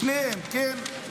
לשניהם, כן.